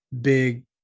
big